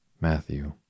Matthew